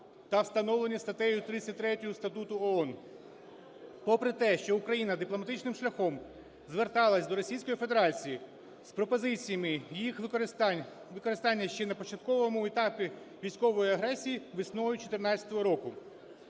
та встановлені статтею 33 Статуту ООН, попри те, що Україна дипломатичним шляхом зверталася до Російської Федерації з пропозиціями їх використання ще на початковому етапі військової агресії весною 14-го року.